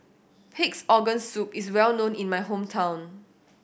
Pig's Organ Soup is well known in my hometown